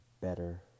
better